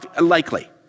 likely